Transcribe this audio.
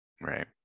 Right